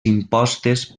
impostes